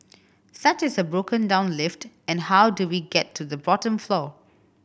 such as a broken down lift and how do we get to the bottom floor